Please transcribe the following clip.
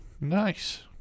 Nice